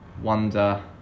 wonder